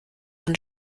von